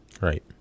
Right